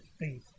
faith